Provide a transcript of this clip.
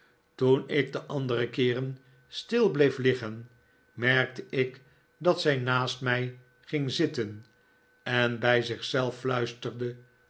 toen ik de david copperfield andere keeren stil bleef liggen merkte ik dat zij naast mij ging zitten en bij zich zelf fluisterde